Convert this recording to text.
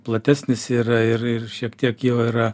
platesnis yra ir ir šiek tiek jau yra